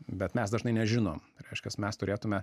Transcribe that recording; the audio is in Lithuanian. bet mes dažnai nežinom reiškias mes turėtume